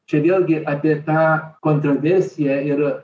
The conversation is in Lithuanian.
čia vėlgi apie tą kontroversiją ir